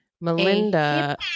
Melinda